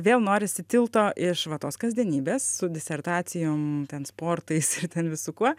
vėl norisi tilto iš va tos kasdienybės su disertacijom ten sportais ir ten visu kuo